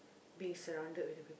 being surrounded with the people